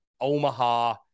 Omaha